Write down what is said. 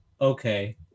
Okay